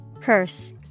Curse